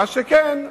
מה שכן,